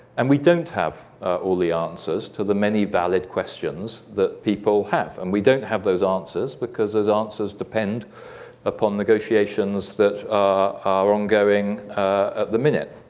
and we don't have all the answers to the many valid questions that people have. and we don't have those answers, because those answers depend upon negotiations that ah are ongoing at the minute.